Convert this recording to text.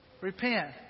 Repent